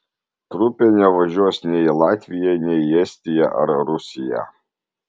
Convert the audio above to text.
trupė nevažiuos nei į latviją nei į estiją ar rusiją